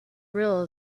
real